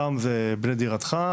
פעם זה "בנה דירתך",